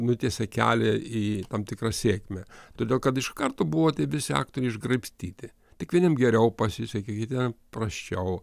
nutiesė kelią į tam tikrą sėkmę todėl kad iš karto buvo tie visi aktoriai išgraibstyti tik vieniem geriau pasisekė kitiem prasčiau